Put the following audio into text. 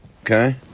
Okay